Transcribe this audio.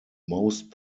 most